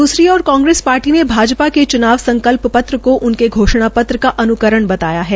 द्रसरी ओर कांग्रेस पार्टी ने भाजपा के चुनाव संकल्प पत्र को उनके घोषणा पत्र का अन्करण बताया है